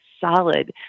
solid